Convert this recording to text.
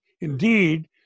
indeed